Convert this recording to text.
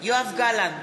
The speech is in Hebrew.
יואב גלנט,